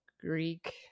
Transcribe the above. Greek